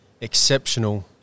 exceptional